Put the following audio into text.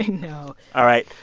know all right,